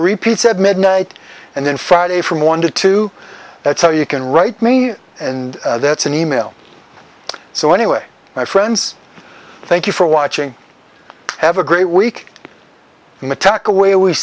repeats said midnight and then friday from one to two that's all you can write me and that's an email so anyway my friends thank you for watching have a great week metallica way we